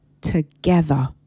together